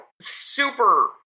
super